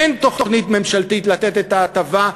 אין תוכנית ממשלתית לתת את ההטבה,